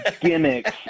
gimmicks